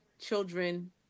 children